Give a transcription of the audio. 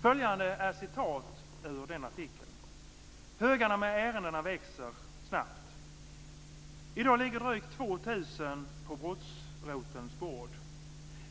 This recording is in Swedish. Följande är citat ur den artikeln. "Högarna med ärenden växer snabbt - i dag ligger drygt 2000 på brottsrotelns bord.